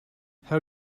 how